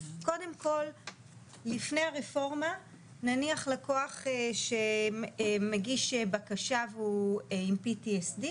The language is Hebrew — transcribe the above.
קודם כל לפני הרפורמה נניח לקוח שמגיש בקשה והוא עם PTSD,